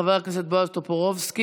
חבר הכנסת בועז טופורובסקי,